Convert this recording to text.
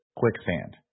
quicksand